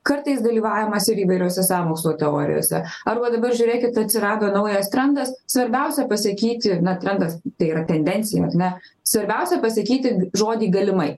kartais dalyvavimas ir įvairiose sąmokslo teorijose arba dabar žiūrėkit atsirado naujas trendas svarbiausia pasakyti na trendas tai yra tendencija ar ne svarbiausia pasakyti žodį galimai